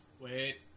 Wait